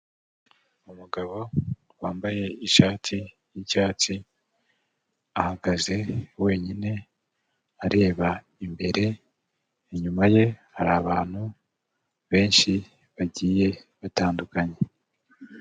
Umugabo wambaye ishati y'icyatsi, ahagaze wenyine areba imbere, inyuma ye hari abantu benshi bagiye batandukanye.